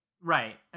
Right